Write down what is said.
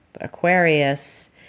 Aquarius